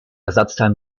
ersatzteil